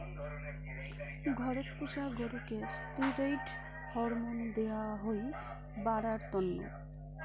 ঘরত পুষা গরুকে ষ্টিরৈড হরমোন দেয়া হই বাড়ার তন্ন